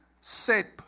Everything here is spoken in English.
set